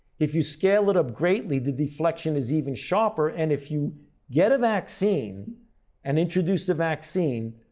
if you scale it up greatly, the deflection is even sharper and if you get a vaccine and introduce the vaccine,